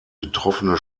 betroffene